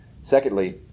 Secondly